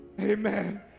amen